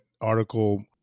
article